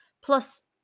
Plus